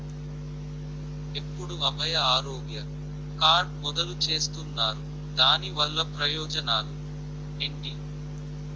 ఎప్పుడు అభయ ఆరోగ్య కార్డ్ మొదలు చేస్తున్నారు? దాని వల్ల ప్రయోజనాలు ఎంటి?